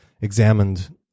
examined